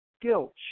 guilt